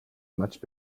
much